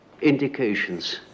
indications